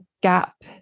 gap